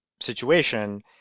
situation